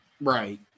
right